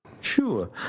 Sure